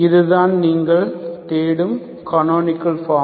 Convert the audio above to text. இதுதான் நீங்கள் தேடும் கனோனிக்கள் ஃபார்ம்